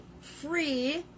free